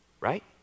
Right